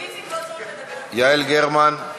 יעל גרמן,